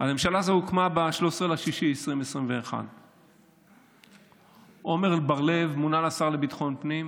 הממשלה הזו הוקמה ב-13 ביוני 2021. עמר בר לב מונה לשר לביטחון הפנים